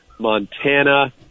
Montana